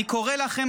אני קורא לכם,